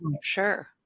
sure